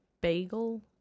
Bagel